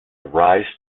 rise